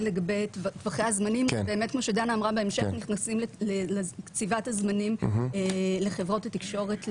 בהמשך נכנסים לקציבת הזמנים לחברות התקשורת,